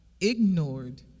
ignored